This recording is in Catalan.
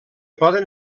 poden